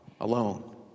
alone